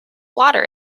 water